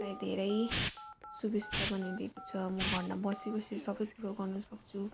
लाई धेरै सुविस्ता बनाइदिएको छ म घरमा बसी बसी सबै कुरो गर्नु सक्छु